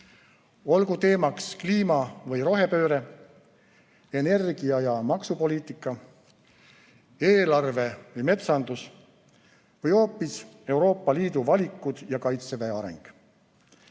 Olgu teemaks kliima ja rohepööre, energia- ja maksupoliitika, eelarve ja metsandus või hoopis Euroopa Liidu valikud ja kaitseväe areng.